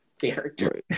character